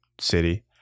city